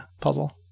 puzzle